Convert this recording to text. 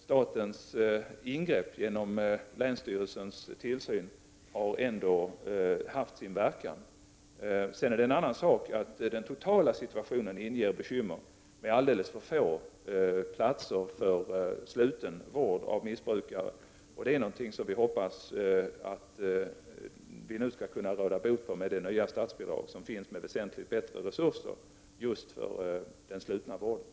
Statens ingrepp genom länsstyrelsens tillsyn har alltså haft sin verkan. Det är en annan sak att den totala situationen inger bekymmer. Det finns alldeles för få platser för sluten vård av missbrukare. Vi hoppas att vi skall kunna råda bot på detta förhållande med det nya statsbidraget, som ger väsentligt bättre resurser just för den slutna vården.